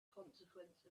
consequence